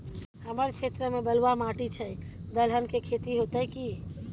हमर क्षेत्र में बलुआ माटी छै, दलहन के खेती होतै कि?